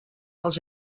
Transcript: els